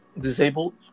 Disabled